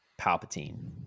Palpatine